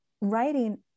writing